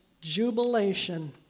jubilation